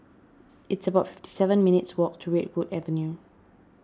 it's about fifty seven minutes' walk to Redwood Avenue